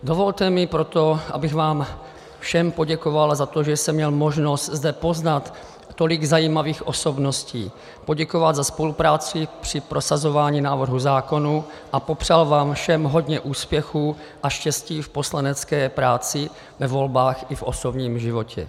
Dovolte mi proto, abych vám všem poděkoval za to, že jsem měl možnost zde poznat tolik zajímavých osobností, poděkoval za spolupráci při prosazování návrhů zákonů a popřál vám všem hodně úspěchů a štěstí v poslanecké práci, ve volbách i v osobních životě.